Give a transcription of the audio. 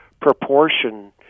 proportion